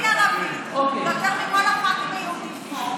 מבין ערבית, מדבר עם כל הח"כים שיושבים פה,